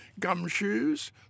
gumshoes